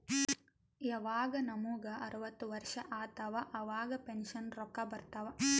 ಯವಾಗ್ ನಮುಗ ಅರ್ವತ್ ವರ್ಷ ಆತ್ತವ್ ಅವಾಗ್ ಪೆನ್ಷನ್ ರೊಕ್ಕಾ ಬರ್ತಾವ್